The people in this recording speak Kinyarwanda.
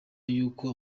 y’uko